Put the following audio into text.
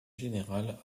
général